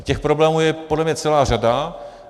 Těch problémů je podle mě celá řada.